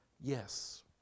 Yes